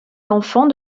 l’enfant